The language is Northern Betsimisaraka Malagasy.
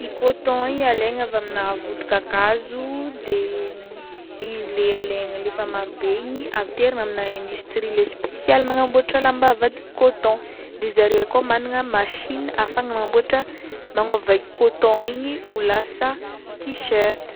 i coton igny alaigna avy amina vodi-kakazo de izy le alaigna le efa marobe igny aterigna amina industria le spesialy magnamboatra lamba avadiky coton, de zareo akao managna machine ahafahana mamboatra, magnova i coton igny ho lasa t-shirt.